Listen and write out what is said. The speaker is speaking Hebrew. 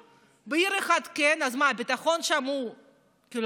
בעיר אחת כן, אז מה, הביטחון שם לא קיים?